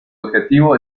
objetivo